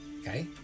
okay